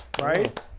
right